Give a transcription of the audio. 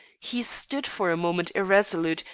he stood for a moment irresolute,